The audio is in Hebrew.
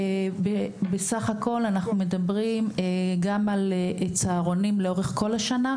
ובסך הכול אנחנו מדברים גם על צהרונים לאורך כל השנה,